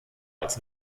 als